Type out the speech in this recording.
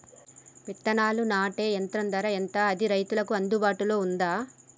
విత్తనాలు నాటే యంత్రం ధర ఎంత అది రైతులకు అందుబాటులో ఉందా?